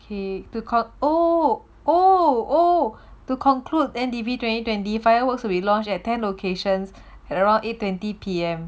K too called oh oh oh to conclude then N_D_P twenty twenty fireworks will be launched at ten locations at around ah eight twenty P_M